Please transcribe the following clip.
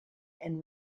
and